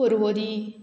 Porvorim